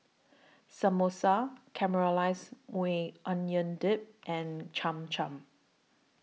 Samosa Caramelized Maui Onion Dip and Cham Cham